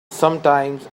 sometimes